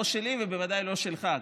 לא שלי ובוודאי לא שלך,